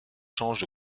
change